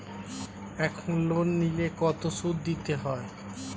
এখন লোন নিলে কত সুদ দিতে হয়?